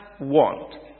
want